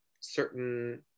certain